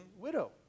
widow